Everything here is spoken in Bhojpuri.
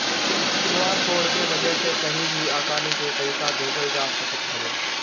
क्यू.आर कोड के वजह से कही भी आसानी से पईसा भेजल जा सकत हवे